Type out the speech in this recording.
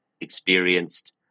experienced